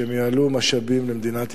שהם יעלו משאבים למדינת ישראל.